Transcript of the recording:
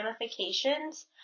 ramifications